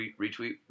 retweet